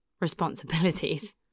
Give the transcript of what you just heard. responsibilities